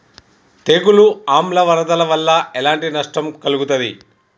తెగులు ఆమ్ల వరదల వల్ల ఎలాంటి నష్టం కలుగుతది?